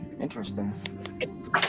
Interesting